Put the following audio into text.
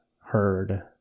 heard